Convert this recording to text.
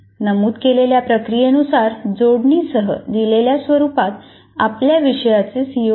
नमूद केलेल्या प्रक्रियेनुसार जोडणी सह दिलेल्या स्वरुपात आपल्या विषयाचे सीओ लिहा